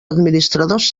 administradors